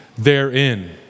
therein